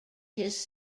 his